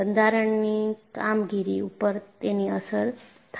બંધારણની કામગીરી ઉપર તેની અસર થાય છે